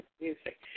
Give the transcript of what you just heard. music